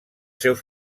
seus